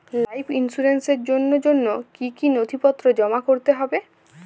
Life ইন্সুরেন্সর জন্য জন্য কি কি নথিপত্র জমা করতে হবে?